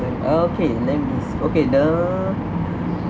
okay then it's okay nah